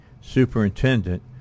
superintendent